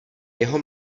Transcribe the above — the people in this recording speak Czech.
jeho